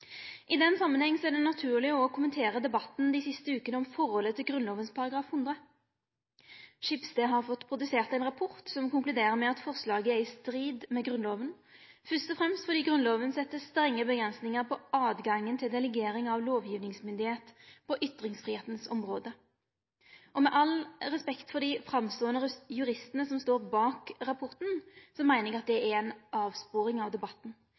I den samanhengen er det naturleg å kommentere debatten dei siste vekene om forholdet til § 100 i Grunnloven. Schibsted har fått produsert ein rapport som konkluderer med at forslaget er i strid med Grunnloven, fyrst og fremst fordi Grunnloven set strenge avgrensingar for høvet til delegering av lovgjevingsmyndigheit på dei områda som gjeld ytringsfridom. Med all respekt for dei framståande juristane som står bak rapporten, meiner eg at det er ei avsporing av debatten.